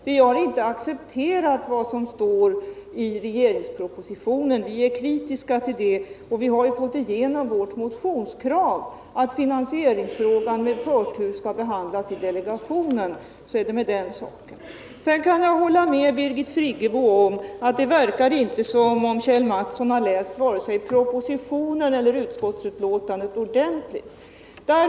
Vi har inte accepterat vad som står i regeringspropositionen, utan vi är kritiska till det, och vi har ju fått igenom vårt motionskrav, att finansieringsfrågan med förtur skall behandlas i delegationen. Så är det med den saken. Sedan kan jag hålla med Birgit Friggebo om att det inte verkar som om Kjell Mattsson har läst vare sig propositionen eller utskottsbetänkandet ordentligt.